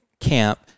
camp